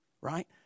Right